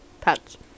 pets